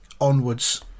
onwards